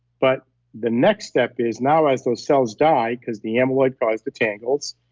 but the next step is now as those cells die because the amyloid cause the tangles,